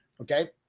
Okay